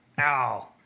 Ow